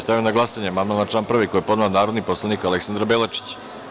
Stavljam na glasanje amandman na član 1. koji je podnela narodni poslanik Aleksandra Belačić.